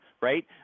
Right